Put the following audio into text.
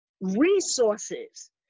resources